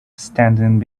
standing